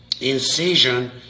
incision